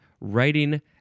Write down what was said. writing